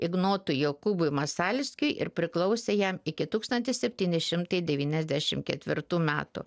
ignotui jokūbui masalskiui ir priklausė jam iki tūkstantis septyni šimtai devyniasdešimt ketvirtų metų